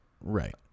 Right